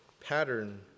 pattern